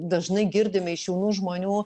dažnai girdime iš jaunų žmonių